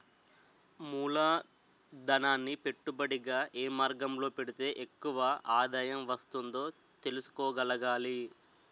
మూలధనాన్ని పెట్టుబడిగా ఏ మార్గంలో పెడితే ఎక్కువ ఆదాయం వస్తుందో తెలుసుకోగలగాలి